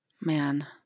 Man